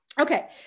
Okay